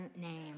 name